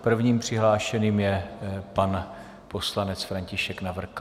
První přihlášeným je pan poslanec František Navrkal.